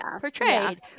portrayed